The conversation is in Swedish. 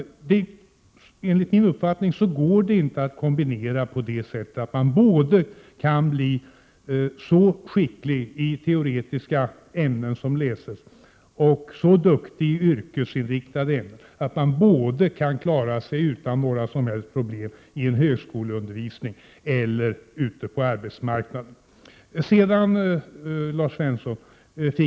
Enligt min uppfattning går det inte att kombinera så att man kan både bli så skicklig i teoretiska ämnen att man klarar sig utan några som helst problem i högskoleutbildning och bli så duktig i yrkesinriktade ämnen att man klara sig ute på arbetsmarknaden.